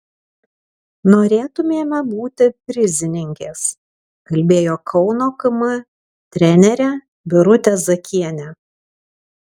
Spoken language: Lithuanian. norėtumėme būti prizininkės kalbėjo kauno km trenerė birutė zakienė